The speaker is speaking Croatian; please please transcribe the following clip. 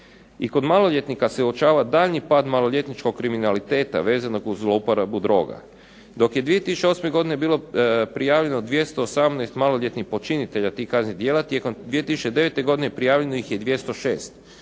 I kod maloljetnika se uočava daljnji pad maloljetničkog kriminaliteta vezanog uz uporabu droga. Dok je 2008. godine bilo prijavljeno 218 maloljetnih počinitelja tih kaznenih dijela tijekom 2009. godine prijavljenih je 206